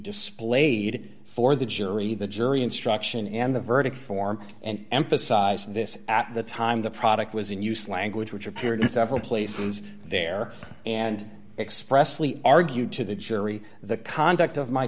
displayed for the jury the jury instruction and the verdict form and emphasized this at the time the product was in use language which appeared in several places there and expressly argued to the jury the conduct of my